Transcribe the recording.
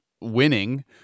winning